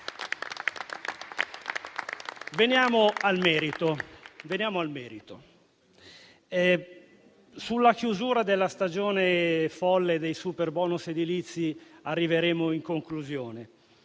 Veniamo al merito. Sulla chiusura della stagione folle dei superbonus edilizi arriveremo in conclusione.